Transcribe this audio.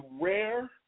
rare